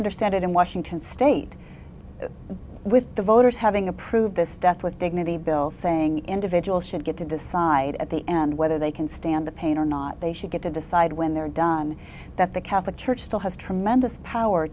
understand it in washington state with the voters having approved this death with dignity bill saying individuals should get to decide at the end whether they can stand the pain or not they should get to decide when they're done that the catholic church still has tremendous power